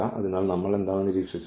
അതിനാൽ നമ്മൾ എന്താണ് നിരീക്ഷിച്ചത്